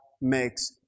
makes